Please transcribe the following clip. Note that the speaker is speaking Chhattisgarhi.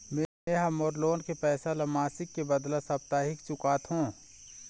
में ह मोर लोन के पैसा ला मासिक के बदला साप्ताहिक चुकाथों